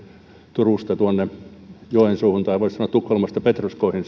turusta tuonne joensuuhun tai voisi sanoa että tukholmasta petroskoihin